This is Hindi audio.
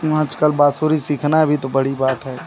आजकल बाँसुरी सीखना भी तो बड़ी बात है